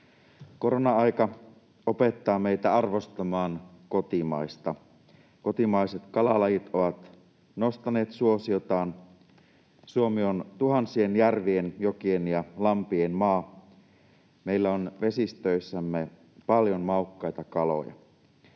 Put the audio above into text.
Korona-aika opettaa meitä arvostamaan kotimaista. Kotimaiset kalalajit ovat nostaneet suosiotaan. Suomi on tuhansien järvien, jokien ja lampien maa — meillä on vesistöissämme paljon maukkaita kaloja.